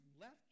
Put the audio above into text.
left